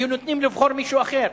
היו נותנים לבחור מישהו אחר.